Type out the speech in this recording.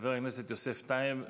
חבר הכנסת יוסף טייב,